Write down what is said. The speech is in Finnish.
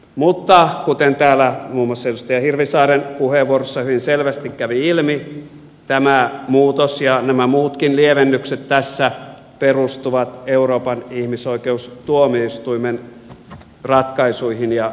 mutta kuten täällä muun muassa edustaja hirvisaaren puheenvuorossa hyvin selvästi kävi ilmi tämä muutos ja nämä muutkin lievennykset tässä perustuvat euroopan ihmisoikeustuomioistuimen ratkaisuihin ja tulkintakäytäntöön